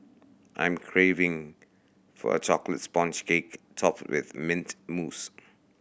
I am craving for a chocolate sponge cake topped with mint mousse